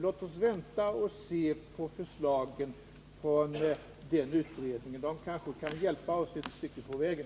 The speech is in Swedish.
Låt oss därför vänta och se på de förslag den kommer med. De kanske kan hjälpa oss ett stycke på vägen.